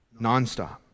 nonstop